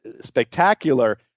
spectacular